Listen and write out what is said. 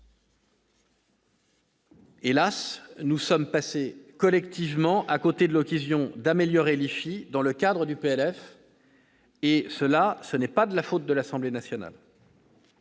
Hélas, nous sommes passés collectivement à côté de l'occasion d'améliorer l'IFI dans le cadre du projet de loi de finances, et cela n'est pas la faute de l'Assemblée nationale.